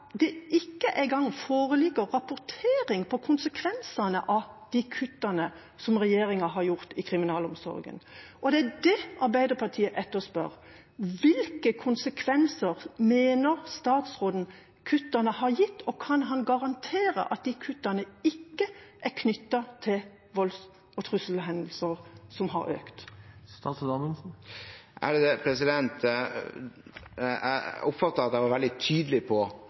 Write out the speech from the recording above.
det ikke engang foreligger rapportering av konsekvensene av de kuttene som regjeringa har gjort i kriminalomsorgen, og det er det Arbeiderpartiet etterspør. Hvilke konsekvenser mener statsråden kuttene har gitt, og kan han garantere at de kuttene ikke er knyttet til volds- og trusselhendelser, som har økt i antall? Jeg oppfatter at jeg var veldig tydelig på